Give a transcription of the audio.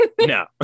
No